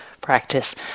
practice